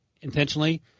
intentionally